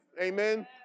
Amen